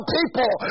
people